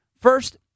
First